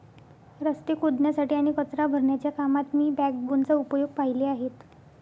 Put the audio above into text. रस्ते खोदण्यासाठी आणि कचरा भरण्याच्या कामात मी बॅकबोनचा उपयोग पाहिले आहेत